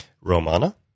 Romana